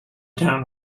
town